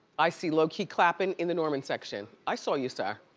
i see low key clappin' in the norman section. i saw you, sir,